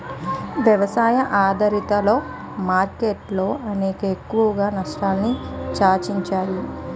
వ్యవసాయ ఆధారిత మార్కెట్లు అనేవి ఎక్కువగా నష్టాల్ని చవిచూస్తాయి